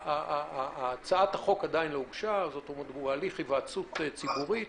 הצעת החוק עדיין לא הוגשה, הליך היוועצות ציבורית